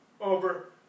over